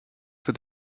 with